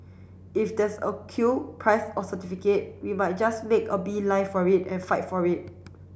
if there's a queue prize or certificate we might just make a beeline for it and fight for it